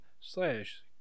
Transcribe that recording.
slash